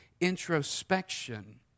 introspection